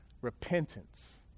repentance